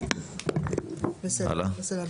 בסדר.